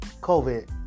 COVID